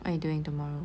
what you doing tomorrow